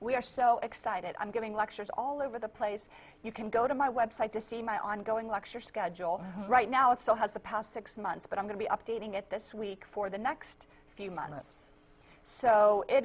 we are so excited i'm giving lectures all over the place you can go to my website to see my ongoing lecture schedule right now it still has the past six months but i'm going to be updating it this week for the next few months so it